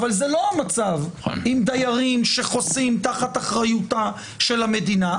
אבל זה לא המצב עם דיירים שחוסים תחת אחריותה של המדינה.